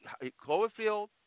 Cloverfield